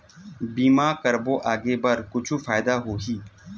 बीमा करबो आगे बर कुछु फ़ायदा होही?